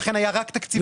לכן היה רק תקציב אחד.